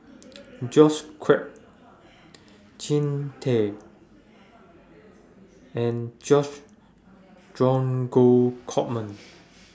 George Quek Jean Tay and George Dromgold Coleman